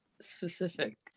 specific